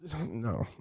No